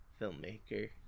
filmmaker